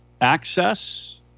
access